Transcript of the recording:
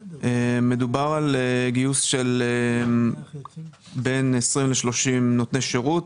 מדובר על גיוס של בין 20 ל-30 נותני שירות,